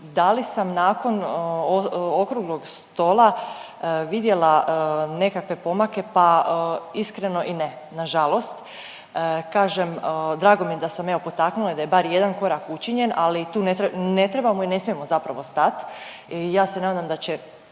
Da li sam nakon okruglog stola vidjela nekakve pomake? Pa iskreno i ne, nažalost. Kažem, drago mi je da sam, evo, potaknula i da je barem jedan korak učinjen, ali tu ne trebamo i ne smijemo zapravo stati. Ja se nadam da će